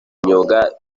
imyuga